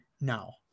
now